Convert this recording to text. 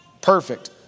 perfect